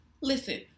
listen